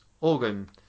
organ